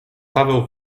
paweł